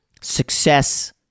success